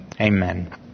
Amen